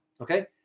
Okay